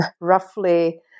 roughly